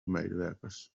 medewerkers